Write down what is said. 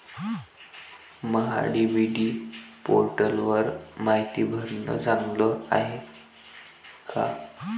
महा DBT पोर्टलवर मायती भरनं चांगलं हाये का?